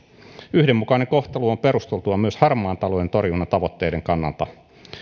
yhdenmukainen kohtelu on perusteltua myös harmaan talouden torjunnan tavoitteen kannalta